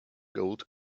gold